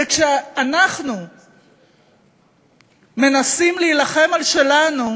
וכשאנחנו מנסים להילחם על שלנו,